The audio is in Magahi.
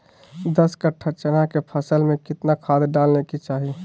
दस कट्ठा चना के फसल में कितना खाद डालें के चाहि?